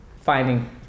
finding